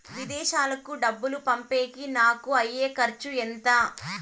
విదేశాలకు డబ్బులు పంపేకి నాకు అయ్యే ఖర్చు ఎంత?